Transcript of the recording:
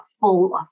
full